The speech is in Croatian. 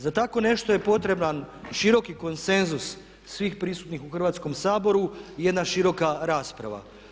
Za tako nešto je potreban široki konsenzus svih prisutnih u Hrvatskom saboru i jedna široka rasprava.